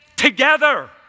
Together